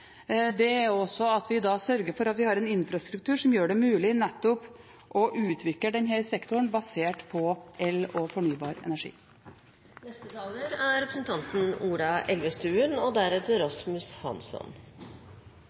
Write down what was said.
er at vi sørger for at vi har en infrastruktur som gjør det mulig nettopp å utvikle denne sektoren basert på el og fornybar energi. Vi skal redusere våre utslipp med 40 pst. fram mot 2030, og